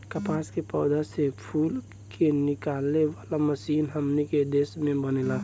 कपास के पौधा से फूल के निकाले वाला मशीनों हमनी के देश में बनेला